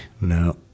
No